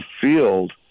field